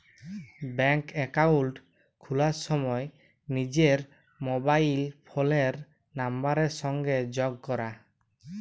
ব্যাংকে একাউল্ট খুলার সময় লিজের মবাইল ফোলের লাম্বারের সংগে যগ ক্যরা